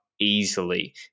easily